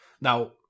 Now